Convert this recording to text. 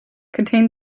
contain